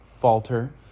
falter